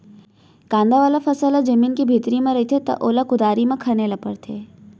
कांदा वाला फसल ह जमीन के भीतरी म रहिथे त ओला कुदारी म खने ल परथे